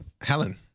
Helen